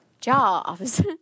jobs